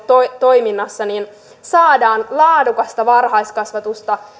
toiminnassa toiminnalla saadaan laadukasta varhaiskasvatusta